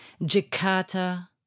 Jakarta